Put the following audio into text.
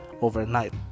overnight